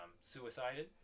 suicided